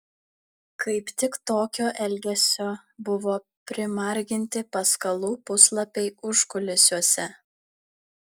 kaip tik tokio elgesio buvo primarginti paskalų puslapiai užkulisiuose